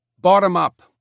Bottom-up